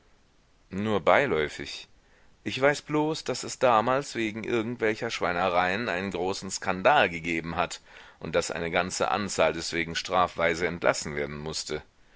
nur beiläufig ich weiß bloß daß es damals wegen irgend welcher schweinereien einen großen skandal gegeben hat und daß eine ganze anzahl deswegen strafweise entlassen werden mußte